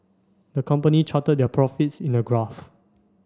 the company charted their profits in a graph